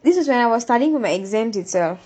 this is when I was studying for my exams itself